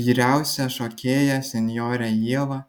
vyriausią šokėją senjorę ievą